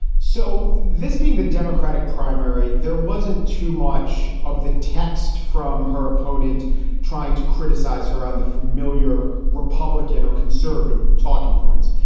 so this being the democratic primary, there wasn't too much of the text from her opponent trying to criticize her on the familiar republican or conservative talking points.